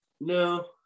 No